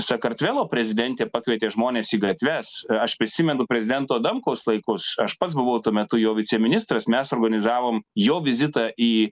sakartvelo prezidentė pakvietė žmones į gatves aš prisimenu prezidento adamkaus laikus aš pats buvau tuo metu jo viceministras mes organizavom jo vizitą į